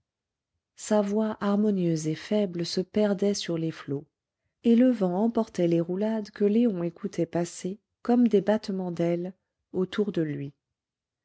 sa voix harmonieuse et faible se perdait sur les flots et le vent emportait les roulades que léon écoutait passer comme des battements d'ailes autour de lui